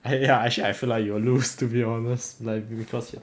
ah ya actually I feel like you will lose to be honest like maybe because you